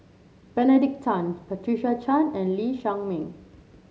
Benedict Tan Patricia Chan and Lee Shao Meng